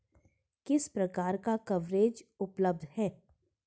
किस प्रकार का कवरेज उपलब्ध है?